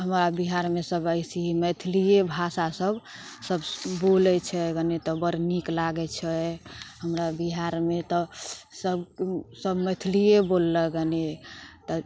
हमरा बिहारमे सभ अइसे ही मैथिलिए भाषा सभ सभ बोलै छै गनी तऽ बड़ नीक लागै छै हमरा बिहारमे तऽ सभ सभ मैथिलिए बोललक गनी तऽ